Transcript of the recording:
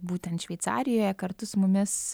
būtent šveicarijoje kartu su mumis